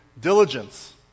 diligence